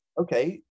Okay